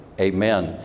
amen